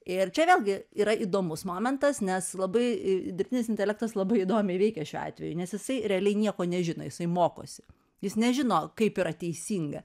ir čia vėlgi yra įdomus momentas nes labai dirbtinis intelektas labai įdomiai veikia šiuo atveju nes jisai realiai nieko nežino jisai mokosi jis nežino kaip yra teisinga